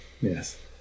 Yes